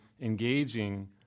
engaging